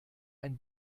ein